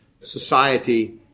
society